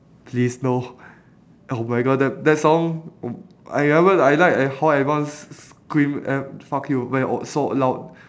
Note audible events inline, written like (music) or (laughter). please no oh my god that that song (noise) I never I like like how everyone s~ scream and fuck you when it was so loud